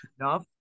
enough